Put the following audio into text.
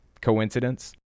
Coincidence